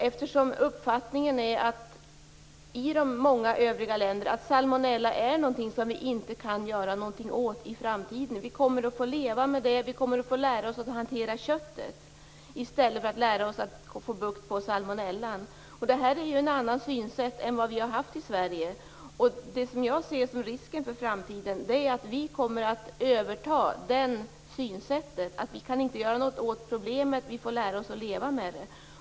I många övriga länder är uppfattningen den att salmonella är något som man inte kan göra någonting åt; det är något som vi i framtiden kommer att få leva med. Vi kommer att få lära oss hur köttet skall hanteras snarare än att lära oss att få bukt med salmonellan. Detta är ett annat synsätt än det som vi har haft i Sverige. Jag ser som en risk för framtiden att vi kommer att överta synsättet att vi inte kan göra något åt problemet utan i stället får lära oss att leva med det.